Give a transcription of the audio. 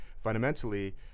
Fundamentally